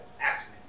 accident